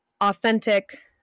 authentic